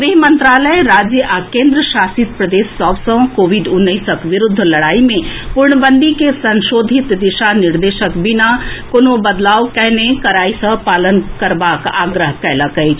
गृह मंत्रालय राज्य आ केन्द्र शासित प्रदेश सभ सँ कोविड उन्नैसक विरूद्ध लड़ाई मे पूर्णबंदीक के संशोधित दिशा निर्देशक बिना कोनो बदलाव कएने कड़ाई सँ पालन करबाक आग्रह कएलक अछि